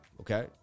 okay